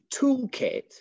toolkit